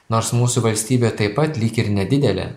nors mūsų valstybė taip pat lyg ir nedidelė